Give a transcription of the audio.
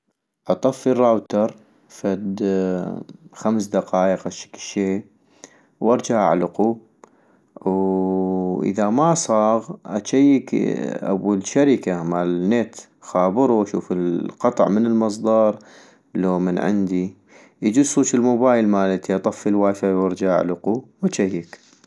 اطفي الراوتر، فد خمس دقايق هشكل شي، وارجع اعلقو - اووو اذا ما صاغ اجيك ابو الشركة مال نت، اخابرو اغشع القطع من المصدر لو من عندي - يجوز صوج الموبايل مالتي، اطفي الواي فاي وارجع اعلقو واجيك